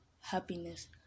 happiness